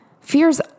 Fear's